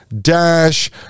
Dash